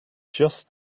just